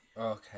Okay